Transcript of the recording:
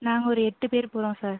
நாங்கள் ஒரு எட்டு பேர் போகிறோம் சார்